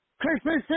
Christmas